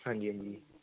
ਹਾਂਜੀ ਹਾਂਜੀ